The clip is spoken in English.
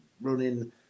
running